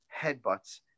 headbutts